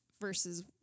versus